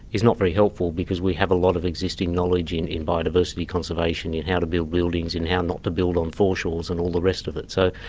is not very helpful, because we have a lot of existing knowledge in in biodiversity conservation, in how to build buildings, in how not to build on foreshores and all the rest of it. so,